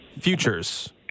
futures